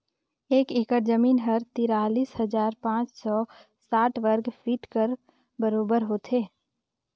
एक एकड़ जमीन ह तिरालीस हजार पाँच सव साठ वर्ग फीट कर बरोबर होथे